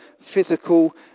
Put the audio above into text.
physical